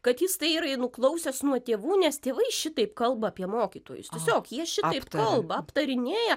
kad jis tai yra nuklausęs nuo tėvų nes tėvai šitaip kalba apie mokytojus tiesiog jie šitaip kalba aptarinėja